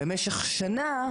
במשך שנה,